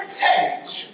page